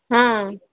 ହଁ